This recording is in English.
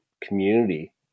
community